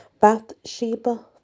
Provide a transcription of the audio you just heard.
Bathsheba